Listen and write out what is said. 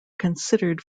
considered